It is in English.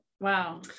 Wow